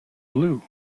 blue